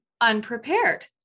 unprepared